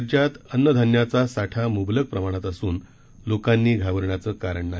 राज्यात अन्न धान्याचा साठा मुंबलक प्रमाणात असून लोकांनी घाबरण्याचं कारण नाही